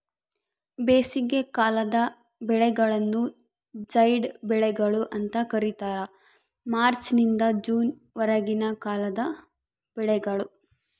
ಬೇಸಿಗೆಕಾಲದ ಬೆಳೆಗಳನ್ನು ಜೈಡ್ ಬೆಳೆಗಳು ಅಂತ ಕರೀತಾರ ಮಾರ್ಚ್ ನಿಂದ ಜೂನ್ ವರೆಗಿನ ಕಾಲದ ಬೆಳೆಗಳು